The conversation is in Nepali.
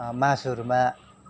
मासुहरूमा